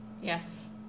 Yes